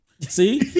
See